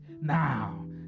now